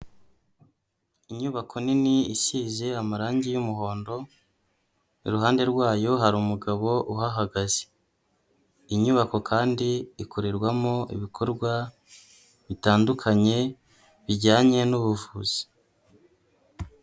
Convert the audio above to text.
Inyubako nini isize amarangi y'umuhondo, iruhande rwayo hari umugabo uhahagaze, inyubako kandi ikorerwamo ibikorwa bitandukanye bijyanye n'ubuvuzi.